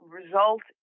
result